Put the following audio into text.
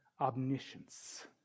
omniscience